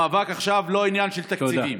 המאבק עכשיו הוא לא עניין של תקציבים,